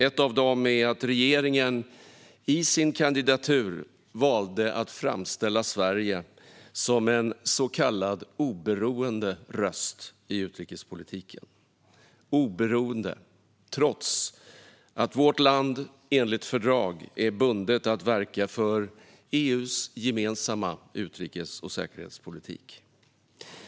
Ett av dem är att regeringen i samband med sin kandidatur valde att framställa Sverige som en så kallad oberoende röst i utrikespolitiken, trots att vårt land enligt fördrag är bundet att verka för EU:s gemensamma utrikes och säkerhetspolitik.